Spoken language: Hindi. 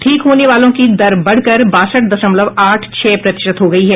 ठीक होने वालों की दर बढकर बासठ दशमलव आठ छह प्रतिशत हो गई है